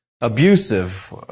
abusive